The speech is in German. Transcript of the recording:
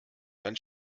dann